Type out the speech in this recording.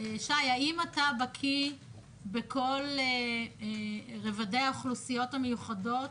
האם אתה בקיא בכל רבדי האוכלוסיות המיוחדות